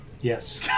Yes